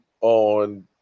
on